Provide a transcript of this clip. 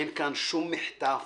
אין כאן שום מחטף.